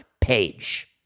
page